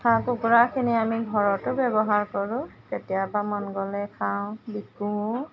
হাঁহ কুকুৰাখিনি আমি ঘৰতো ব্যৱহাৰ কৰোঁ কেতিয়াব মন গ'লে খাওঁ বিকোও